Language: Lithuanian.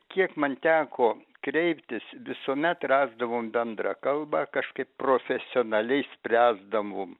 kiek man teko kreiptis visuomet rasdavom bendrą kalbą kažkaip profesionaliai spręsdavom